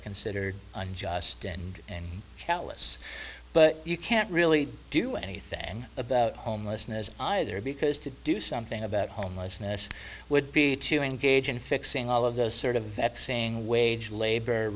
considered unjust and callous but you can't really do anything about homelessness either because to do something about homelessness would be to engage in fixing all of those sort of that saying wage labor